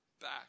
back